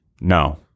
No